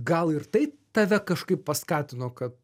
gal ir tai tave kažkaip paskatino kad